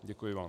Děkuji vám.